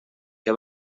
que